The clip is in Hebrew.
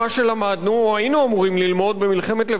או היינו אמורים ללמוד במלחמה לבנון השנייה,